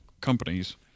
companies